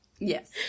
yes